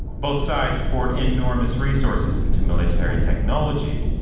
both sides poured enormous resources into military technologies.